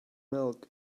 milk